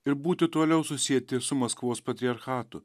ir būti toliau susieti su maskvos patriarchatu